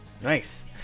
Nice